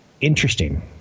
interesting